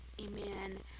amen